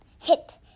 hit